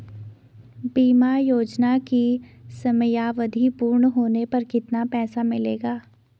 बीमा योजना की समयावधि पूर्ण होने पर कितना पैसा मिलेगा?